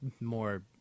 more